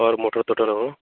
और मोटर टोटर रहो